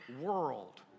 world